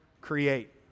create